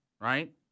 Right